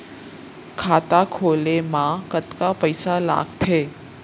खाता खोले मा कतका पइसा लागथे?